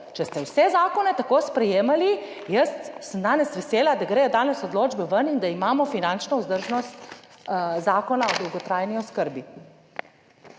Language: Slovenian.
Če ste vse zakone tako sprejemali, jaz sem danes vesela, da gredo danes odločbe ven, in da imamo finančno vzdržnost. Zakona o dolgotrajni oskrbi.